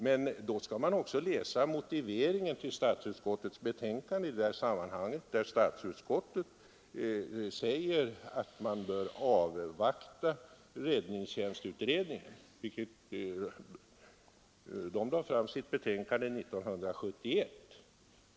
Men då skall man också läsa motiveringen i statsutskottets utlåtande i sammanhanget. Utskottet sade att man borde avvakta räddningstjänstutredningen, som lade fram sitt betänkande 1971.